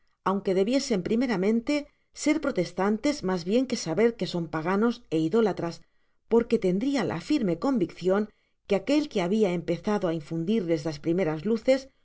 aunque debiesen primeramente ser protestantes mas bien que saber que son paganos é idolatras porque tendria la firme conviccion que aquel que habia empezado á infundirles las primeras luces